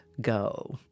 go